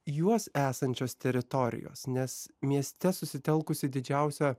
juos esančios teritorijos nes mieste susitelkusi didžiausia